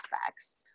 aspects